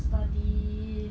study